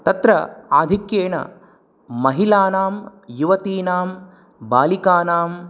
तत्र आधिक्येन महिलानां युवतीनां बालिकानां